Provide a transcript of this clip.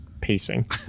pacing